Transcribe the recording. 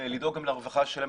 לדאוג גם לרווחה שלהם.